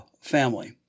family